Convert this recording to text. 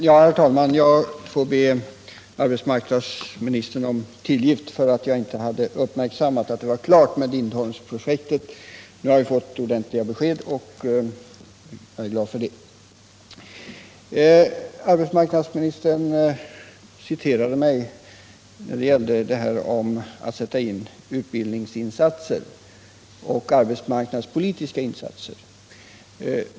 Herr talman! Jag får be arbetsmarknadsministern om tillgift för att jag inte hade uppmärksammat att det var klart med Lindholmenprojektet. Jag är glad för att vi fått ordentliga besked på den punkten. Arbetsmarknadsministern citerade mig när det gällde utbildningsin Nr 39 satser och arbetsmarknadspolitiska åtgärder.